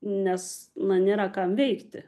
nes na nėra kam veikti